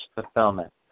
fulfillment